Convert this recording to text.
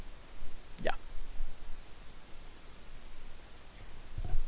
yeah